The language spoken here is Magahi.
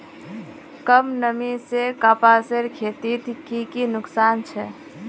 कम नमी से कपासेर खेतीत की की नुकसान छे?